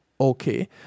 Okay